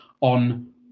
on